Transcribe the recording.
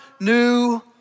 new